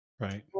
Right